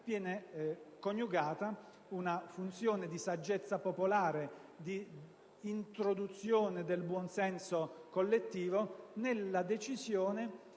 viene coniugata una funzione di saggezza popolare e di introduzione del buon senso collettivo nella decisione